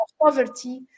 poverty